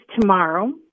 tomorrow